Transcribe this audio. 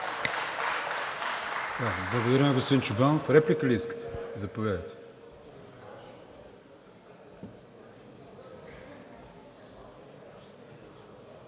Благодаря на господин Чобанов. Реплика ли искате? Заповядайте.